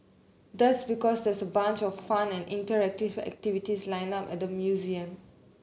that's because there's a bunch of fun and interactive activities lined up at the museum